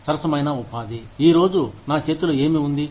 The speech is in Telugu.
సరసమైన ఉపాధి ఈరోజు నా చేతిలో ఏమీ ఉంది